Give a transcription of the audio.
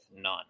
none